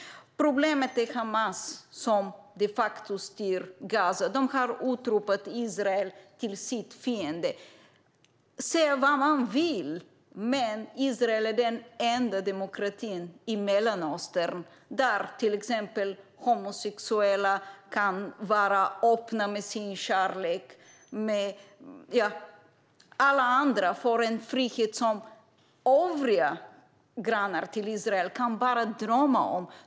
Problemet är Hamas som de facto styr Gaza. De har utropat Israel till sin fiende. Säga vad man vill, men Israel är den enda demokratin i Mellanöstern där till exempel homosexuella kan vara öppna med sin kärlek. Där har människor en frihet som grannar till Israel bara kan drömma om.